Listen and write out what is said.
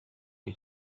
این